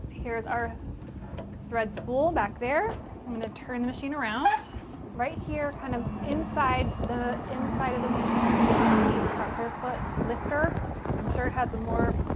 here's our thread spool back there i'm gonna turn the machine around right here kind of inside the inside of the machine is the presser foot lifter i'm sure it has a more